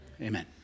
Amen